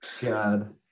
god